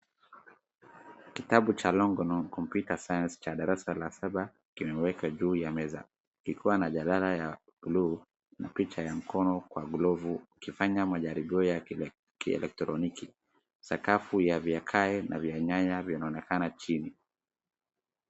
Kitabu cha Longhorn Computer Sciene cha darasa la saba kimewekwa juu ya meza ikiwa na jadala ya bluu na picha ya mkono kwa glovu ukifanya majaribio ya kielektroniki. Sakafu ya ya viakae na vianyanya vinaonekana chini.